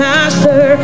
Master